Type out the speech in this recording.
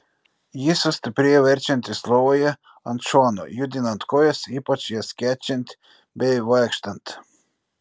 jis sustiprėja verčiantis lovoje ant šono judinant kojas ypač jas skečiant bei vaikštant